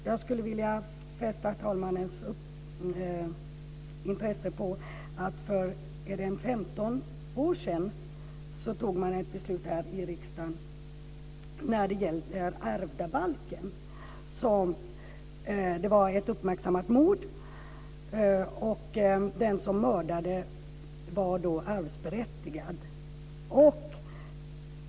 Jag skulle vilja fästa talmannens intresse på att för 15 år sedan fattade man beslut här i riksdagen om ärvdabalken. Det var ett uppmärksammat mord. Den som mördade var arvsberättigad.